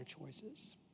choices